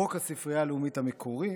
חוק הספרייה הלאומית המקורי,